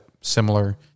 similar